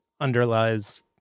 underlies